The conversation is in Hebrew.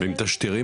עם תשדירים